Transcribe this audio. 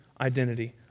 identity